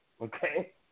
Okay